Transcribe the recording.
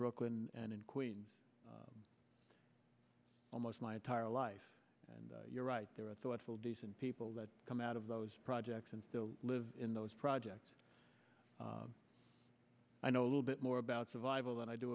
brooklyn and in queens almost my entire life and you're right there are thoughtful decent people that come out of those projects and still live in those projects i know a little bit more about survival than i do